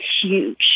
huge